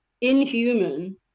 inhuman